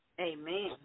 Amen